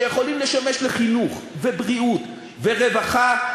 שיכולים לשמש לחינוך ובריאות ורווחה,